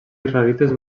israelites